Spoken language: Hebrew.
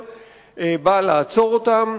באה לעצור אותם,